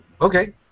Okay